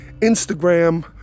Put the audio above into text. instagram